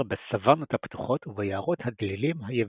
בסוואנות הפתוחות וביערות הדלילים היבשים.